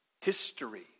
history